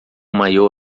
maiô